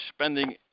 spending